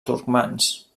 turcmans